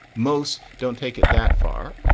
most don't take it that far.